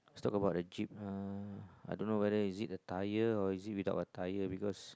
talk about the jeep lah I don't know whether is it the tire or is it without the tire because